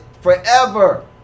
forever